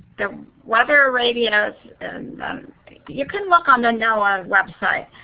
the weather radios, and you can look on the noaa website,